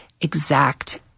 exact